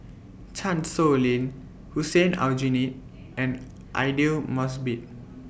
Chan Sow Lin Hussein Aljunied and Aidli Mosbit